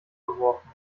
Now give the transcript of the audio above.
geworfen